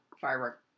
firework